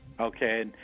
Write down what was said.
Okay